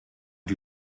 die